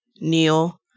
kneel